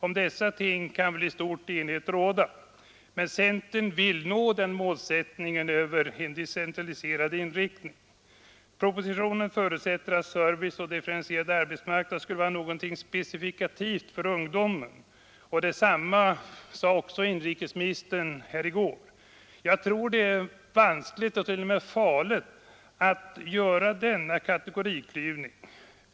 Om dessa ting kan väl i stort enighet råda, men centern vill nå den målsättningen över en decentralistisk inriktning. Propositionen förutsätter att service och differentierad arbetsmarknad skulle vara något specifikt för ungdomen. Detsamma sade inrikesministern här i går. Jag tror det är vanskligt och t.o.m. farligt att göra denna kategoriklyvning.